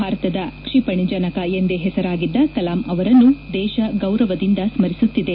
ಭಾರತದ ಕ್ಷಿಪಣಿ ಜನಕ ಎಂದೇ ಹೆಸರಾಗಿದ್ದ ಕಲಾಂ ಅವರನ್ನು ದೇಶ ಗೌರವದಿಂದ ಸ್ತರಿಸುತ್ತಿದೆ